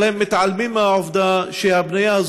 אבל הם מתעלמים מהעובדה שהבנייה הזאת